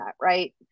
right